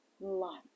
light